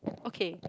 okay